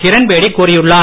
கிரண்பேடி கூறியுள்ளார்